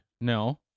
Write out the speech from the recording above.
No